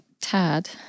Tad